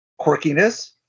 quirkiness